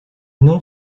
non